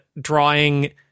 drawing